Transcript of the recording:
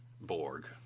Borg